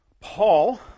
Paul